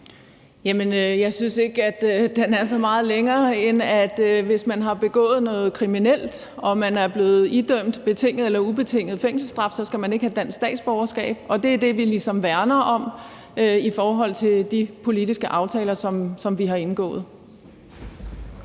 jeg synes ikke, at den er så meget længere, end at hvis man har begået noget kriminelt og man er blevet idømt betinget eller ubetinget fængselsstraf, så skal man ikke have dansk statsborgerskab. Det er det, vi ligesom værner om i forhold til de politiske aftaler, som vi har indgået.